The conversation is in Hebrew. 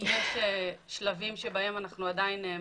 ועד הסוף,